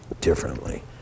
differently